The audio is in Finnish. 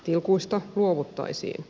tilkuista luovuttaisiin